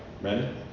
Ready